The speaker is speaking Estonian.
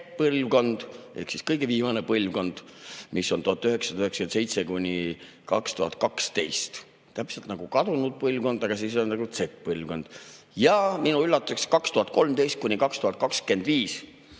Z-põlvkond ehk kõige viimane põlvkond, mis on 1997–2012 – täpselt nagu kadunud põlvkond, aga siis on nagu Z-põlvkond. Ja minu üllatuseks 2013–2025